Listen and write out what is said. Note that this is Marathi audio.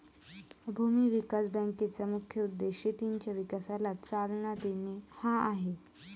भूमी विकास बँकेचा मुख्य उद्देश शेतीच्या विकासाला चालना देणे हा आहे